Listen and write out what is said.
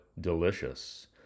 delicious